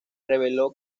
reveló